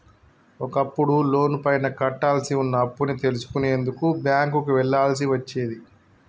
ఒకప్పుడు లోనుపైన కట్టాల్సి వున్న అప్పుని తెలుసుకునేందుకు బ్యేంకుకి వెళ్ళాల్సి వచ్చేది